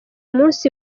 munsi